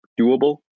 doable